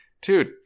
dude